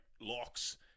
locks